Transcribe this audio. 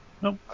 nope